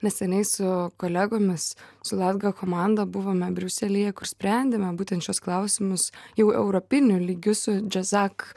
neseniai su kolegomis su latga komanda buvome briuselyje kur sprendėme būtent šiuos klausimus jau europiniu lygiu su džezak